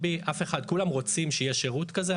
כולם רוצים שיהיה שירות כזה,